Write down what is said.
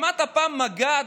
שמעת פעם מג"ד,